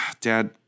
dad